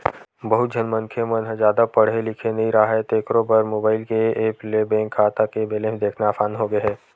बहुत झन मनखे मन ह जादा पड़हे लिखे नइ राहय तेखरो बर मोबईल के ऐप ले बेंक खाता के बेलेंस देखना असान होगे हे